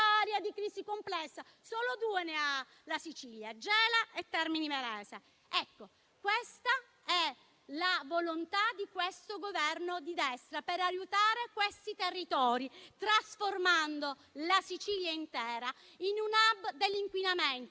di crisi complessa (solo due ne ha la Sicilia: Gela e Termini Imerese). Ecco la volontà di questo Governo di destra per aiutare quei territori, trasformando la Sicilia intera in un *hub* dell'inquinamento,